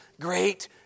great